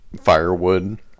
firewood